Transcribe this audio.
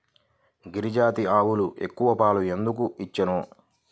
గిరిజాతి ఆవులు ఎక్కువ పాలు ఎందుకు ఇచ్చును?